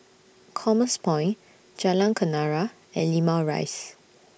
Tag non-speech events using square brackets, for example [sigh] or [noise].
[noise] Commerce Point Jalan Kenarah and Limau Rise